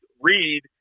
read